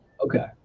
okay